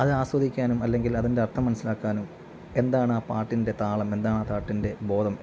അതാസ്വദിക്കാനും അല്ലെങ്കിൽ അതിൻ്റെ അർത്ഥം മനസിലാക്കാനും എന്താണ് ആ പാട്ടിൻ്റെ താളം എന്താണ് ആ പാട്ടിൻ്റെ ബോധം